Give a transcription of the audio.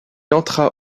entra